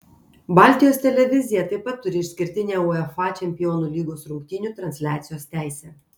baltijos televizija taip pat turi išskirtinę uefa čempionų lygos rungtynių transliacijos teisę